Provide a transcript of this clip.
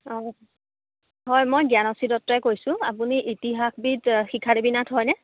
অ' হয় মই জ্ঞানশ্ৰী দত্তই কৈছোঁ আপুনি ইতিহাসবিদ শিখা দেৱী নাথ হয়নে